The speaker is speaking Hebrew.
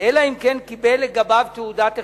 אלא אם כן קיבל לגביו תעודת הכשר.